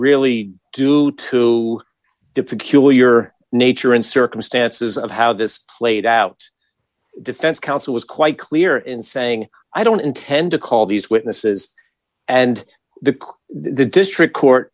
really due to the peculiar nature and circumstances of how this played out defense counsel was quite clear in saying i don't intend to call these witnesses and the cook the district court